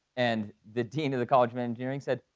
and the dean of the college of engineering said,